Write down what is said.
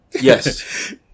Yes